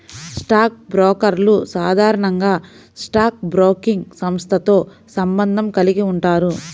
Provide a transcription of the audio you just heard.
stock బ్రోకర్లు సాధారణంగా stock broking సంస్థతో సంబంధం కలిగి ఉంటారు